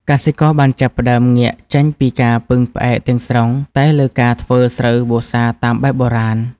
កសិករបានចាប់ផ្ដើមងាកចេញពីការពឹងផ្អែកទាំងស្រុងតែលើការធ្វើស្រូវវស្សាតាមបែបបុរាណ។